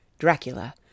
Dracula